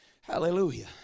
Hallelujah